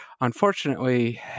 unfortunately